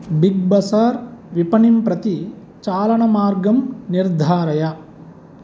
big Bazaar विपणिं प्रति चालनमार्गं निर्धारय